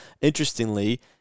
Interestingly